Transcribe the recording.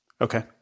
okay